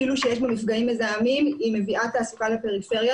אפילו שיש בה מפגעים מזהמים מביאה תעסוקה לפריפריה.